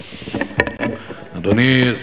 אדוני,